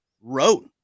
wrote